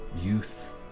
youth